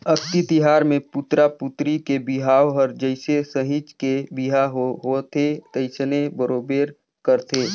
अक्ती तिहार मे पुतरा पुतरी के बिहाव हर जइसे सहिंच के बिहा होवथे तइसने बरोबर करथे